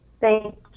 thank